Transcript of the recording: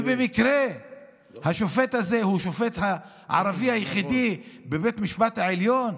ובמקרה השופט הזה הוא השופט הערבי היחיד בבית המשפט העליון,